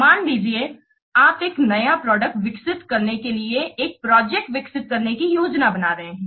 मान लिजिये आप एक नया प्रोडक्ट विकसित करने के लिए एक प्रोजेक्ट विकसित करने की योजना बना रहे हैं